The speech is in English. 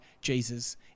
Jesus